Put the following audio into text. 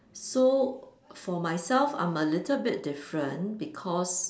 so for myself I am a little bit different because